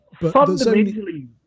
fundamentally